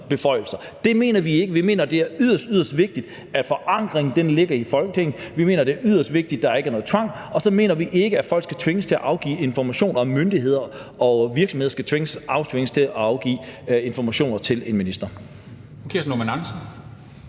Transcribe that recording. beføjelser. Vi mener, det er yderst, yderst vigtigt, at forankringen ligger i Folketinget; vi mener, det er yderst vigtigt, at der ikke er noget tvang; og så mener vi ikke, at folk skal tvinges til at afgive informationer, og at myndigheder og virksomheder skal tvinges til at afgive informationer til en minister.